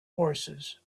horses